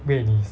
喂你